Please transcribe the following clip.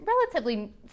relatively